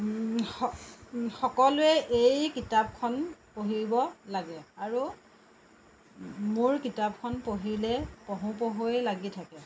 সকলোৱে এই কিতাপখন পঢ়িব লাগে আৰু মোৰ কিতাপখন পঢ়িলে পঢ়োঁ পঢ়োঁয়ে লাগি থাকে